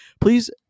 Please